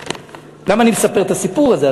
למה אני מספר את הסיפור הזה?